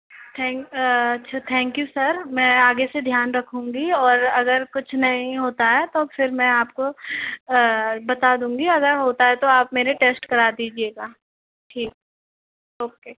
thank you thank you sir मैं आगे से ध्यान रखूंगी और अगर कुछ नहीं होता है तो मैं आपको बता दूंगी और अगर होता है तो आप मेरे टेस्ट करा दीजिएगा ठीक ओके